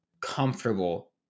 comfortable